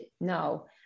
No